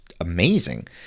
amazing